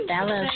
Hello